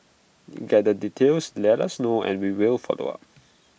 get the details let us know and we will follow up